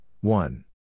one